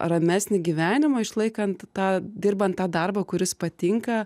ramesnį gyvenimą išlaikant tą dirbant tą darbą kuris patinka